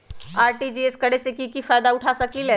RTGS करे से की फायदा उठा सकीला?